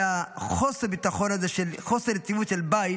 וחוסר הביטחון הזה בחוסר יציבות של בית